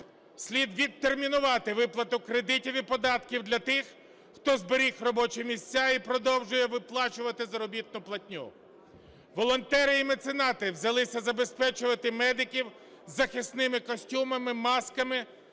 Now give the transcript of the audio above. Слід відтермінувати виплату кредитів і податків для них, хто зберіг робочі місця і продовжує виплачувати заробітну платню. Волонтери і меценати взялися забезпечувати медиків захисними костюмами, масками.